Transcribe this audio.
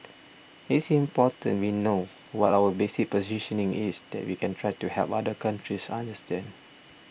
it's important we know what our basic positioning is then we can try to help other countries understand